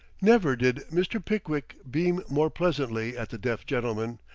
never did mr. pickwick beam more pleasantly at the deaf gentleman,